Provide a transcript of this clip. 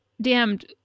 damned